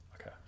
Okay